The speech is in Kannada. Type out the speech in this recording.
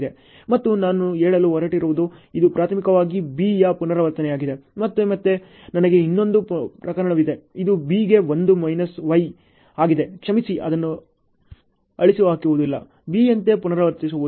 ಮತ್ತು ನಾನು ಹೇಳಲು ಹೊರಟಿರುವುದು ಇದು ಪ್ರಾಥಮಿಕವಾಗಿ B ಯ ಪುನರಾವರ್ತನೆಯಾಗಿದೆ ಮತ್ತು ಮತ್ತೆ ನನಗೆ ಇನ್ನೊಂದು ಪ್ರಕರಣವಿದೆ ಇದು B ಗೆ 1 ಮೈನಸ್ Y ಆಗಿದ್ದು ಕ್ಷಮಿಸಿ ಅದನ್ನು ಅಳಿಸಿಹಾಕುವುದಿಲ್ಲ B ಯಂತೆ ಪುನರಾವರ್ತಿಸುವುದಿಲ್ಲ